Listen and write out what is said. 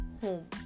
Home